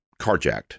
carjacked